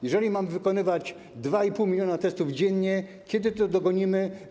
Jeżeli mamy wykonywać 2,5 mln testów dziennie, kiedy to dogonimy?